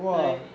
对